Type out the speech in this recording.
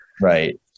Right